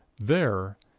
there,